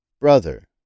Brother